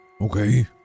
okay